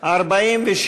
5, כהצעת הוועדה, נתקבל.